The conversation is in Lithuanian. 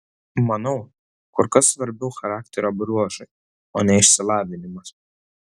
manau kur kas svarbiau charakterio bruožai o ne išsilavinimas